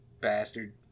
bastard